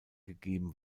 gegeben